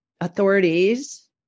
authorities